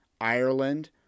Ireland